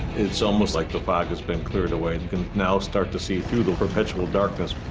it's almost like the fog has been cleared away and you can now start to see through the perpetual darkness.